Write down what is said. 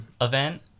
event